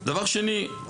דבר שני,